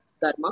Dharma